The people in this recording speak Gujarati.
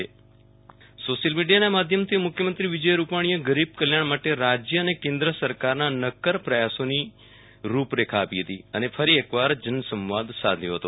વિરલ રાણા મુખ્યમંત્રી વિજય રૂપાણી સોશિયલ મીડિયાના માધ્યમથી મુખ્યમંત્રી વિજયરૂપાણીએ ગરીબ કલ્યાણ માટે રાજ્ય અને કેન્દ્ર સરકારના નક્કર પ્રયાસોની રૂપરેખા આપી હતી અને પુરી એકવાર જનસંવાદ સાધ્યો હતો